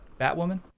Batwoman